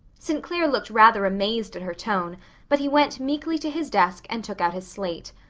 st. clair looked rather amazed at her tone but he went meekly to his desk and took out his slate.